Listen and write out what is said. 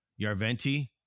Yarventi